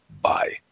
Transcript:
bye